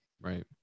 right